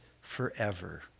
forever